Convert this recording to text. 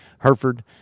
hereford